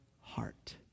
heart